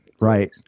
Right